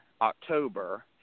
October